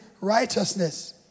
righteousness